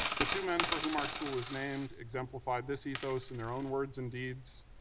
the two men for whom our school was named exemplify this ethos in their own words and deeds,